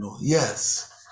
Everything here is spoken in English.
yes